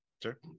sure